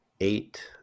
eight